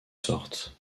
sortes